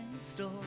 store